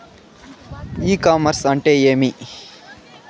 ఇ commerce అంటే ఏమి?